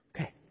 Okay